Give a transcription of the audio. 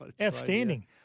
Outstanding